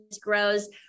grows